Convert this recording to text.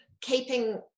Keeping